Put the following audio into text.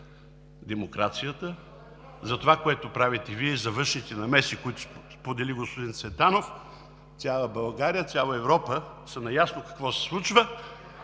демокрацията, за това, което правите Вие и за външните намеси, за които сподели господин Цветанов, цяла България, цяла Европа са наясно какво се случва.